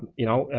you know,